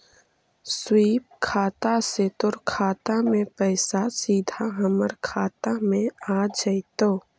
स्वीप खाता से तोर खाता से पइसा सीधा हमर खाता में आ जतउ